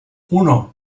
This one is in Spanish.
uno